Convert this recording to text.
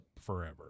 forever